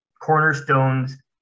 cornerstones